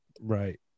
Right